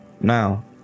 Now